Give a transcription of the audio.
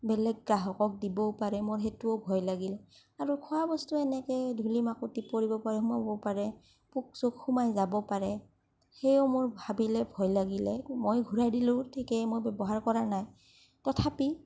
বেলেগ গ্ৰাহকক দিবও পাৰে মোৰ সেইটোও ভয় লাগিল আৰু খোৱাবস্তু এনেকৈ ধূলি মাকতি পৰিব পাৰে সোমাবও পাৰে পোক চোক সোমাই যাব পাৰে সেয়েও মোৰ ভাবিলে ভয় লাগিলে মই ঘূৰাই দিলো ঠিকেই মই ব্যৱহাৰ কৰা নাই তথাপি